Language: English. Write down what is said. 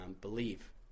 believe